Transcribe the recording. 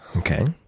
okay.